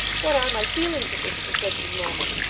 what are my feelings at this conflicting moment